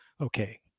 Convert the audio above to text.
okay